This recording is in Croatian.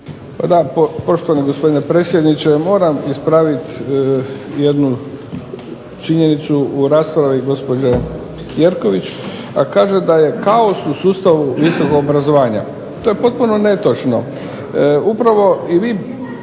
Hvala poštovani gospodine predsjedniče. Moram ispraviti jednu činjenicu u raspravi gospođe Jerković a kaže da je kaos u sustavu visokog obrazovanja. To je potpuno netočno. Upravo i vi